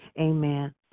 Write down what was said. Amen